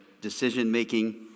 decision-making